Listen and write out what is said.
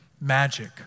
magic